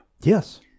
Yes